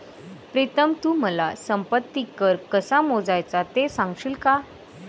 प्रीतम तू मला संपत्ती कर कसा मोजायचा ते सांगशील का?